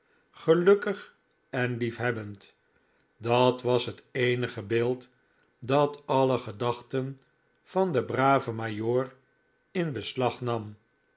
gelukkig en lief hebbend dat was het eenige beeld dat alle gedachten van den braven majoor in beslag nam